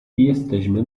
jesteśmy